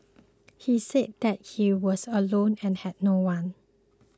he said that he was alone and had no one